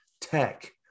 tech